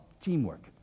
teamwork